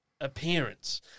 appearance